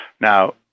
Now